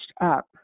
up